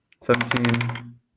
seventeen